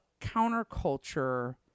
counterculture